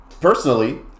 personally